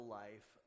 life